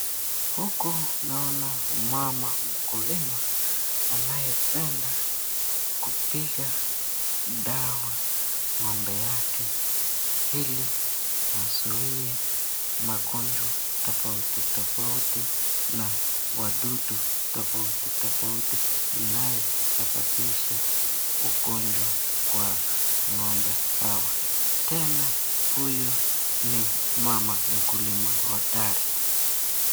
Huku naona mama mkulima anayependa kupika dawa ngo'mbe yake hili azuie magonjwa tafauti tafauti na wadudu tafauti tafauti inayosabanisha ugonjwa kwa ngo'mbe hawa, tena huyu ni mama mkulima hodari.